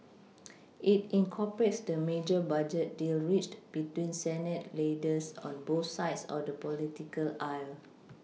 it incorporates the major budget deal reached between Senate leaders on both sides of the political aisle